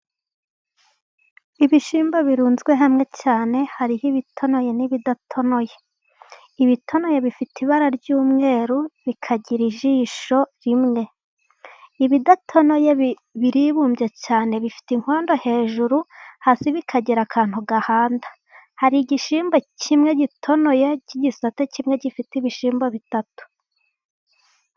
Ibishyimbo birunzwe hamwe cyane hariho ibitonoye n'ibidatonoye, ibitonoye bifite ibara ry'umweru bikagira ijisho rimwe, ibidatoye biribumbye cyane bifite inkondo hejuru hasi bikagira akantu gahanda, hari igishyimbo kimwe gitonoye cy'igisate kimwe gifite ibishyimbo bitatu.